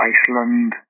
Iceland